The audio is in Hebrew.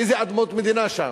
איזה אדמות מדינה שם?